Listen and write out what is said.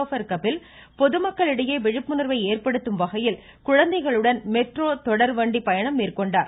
ஃபர் கபில் பொதுமக்களிடையே விழிப்புணர்வை ஏற்படுத்தும் வகையில் குழந்தைகளுடன் மெட்ரோ தொடர் வண்டி பயணம் மேற்கொண்டார்